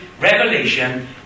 revelation